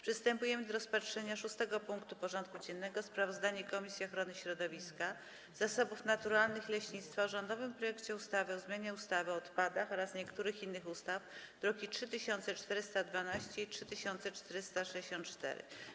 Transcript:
Przystępujemy do rozpatrzenia punktu 6. porządku dziennego: Sprawozdanie Komisji Ochrony Środowiska, Zasobów Naturalnych i Leśnictwa o rządowym projekcie ustawy o zmianie ustawy o odpadach oraz niektórych innych ustaw (druki nr 3412 i 3464)